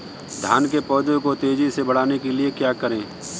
धान के पौधे को तेजी से बढ़ाने के लिए क्या करें?